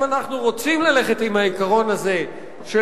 אם אנחנו רוצים ללכת עם העיקרון הזה של